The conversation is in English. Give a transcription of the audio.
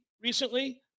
recently